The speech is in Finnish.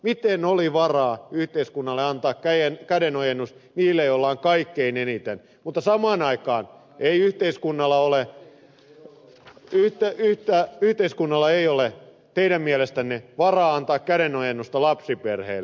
miten oli varaa yhteiskunnalla antaa kädenojennus niille joilla on kaikkein eniten mutta samaan aikaan ei yhteiskunnalla ole teidän mielestänne varaa antaa kädenojennusta lapsiperheille